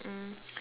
mm